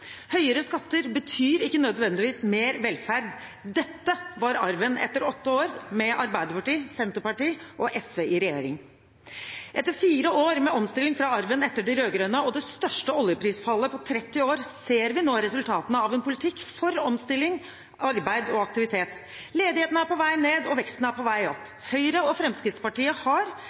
Høyere skatter betyr ikke nødvendigvis mer velferd. Dette var arven etter åtte år med Arbeiderpartiet, Senterpartiet og SV i regjering. Etter fire år med omstilling fra arven etter de rød-grønne og det største oljeprisfallet på 30 år ser vi nå resultatene av en politikk for omstilling, arbeid og aktivitet. Ledigheten er på vei ned, og veksten er på vei opp. Høyre og Fremskrittspartiet har,